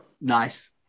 Nice